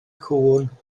cŵn